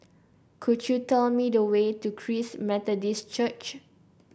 could you tell me the way to Christ Methodist Church